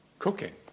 Cooking